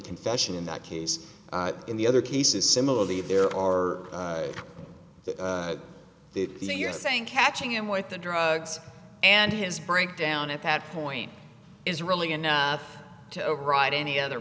confession in that case in the other cases similarly there are you're saying catching him with the drugs and his breakdown at that point is really going to override any other